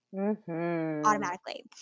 Automatically